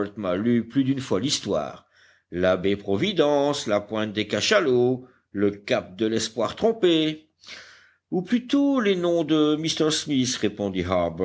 plus d'une fois l'histoire la baie providence la pointe des cachalots le cap de l'espoir trompé ou plutôt les noms de m smith répondit